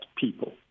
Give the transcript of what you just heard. people